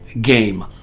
game